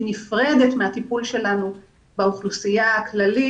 היא נפרדת מהטיפול שלנו באוכלוסייה הכללית.